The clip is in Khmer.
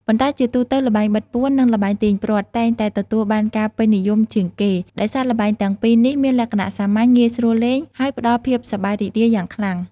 ប៉ុន្តែជាទូទៅ ល្បែងបិទពួន និងល្បែងទាញព្រ័ត្រ តែងតែទទួលបានការពេញនិយមជាងគេ ដោយសារល្បែងទាំងពីរនេះមានលក្ខណៈសាមញ្ញ ងាយស្រួលលេង ហើយផ្ដល់ភាពសប្បាយរីករាយយ៉ាងខ្លាំង។